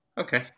Okay